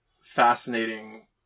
fascinating